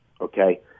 okay